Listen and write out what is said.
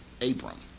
Abram